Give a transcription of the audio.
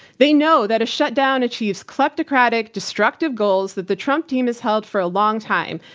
they know that a shutdown achieves kleptocratic, destructive goals that the trump team has held for a long time.